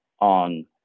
on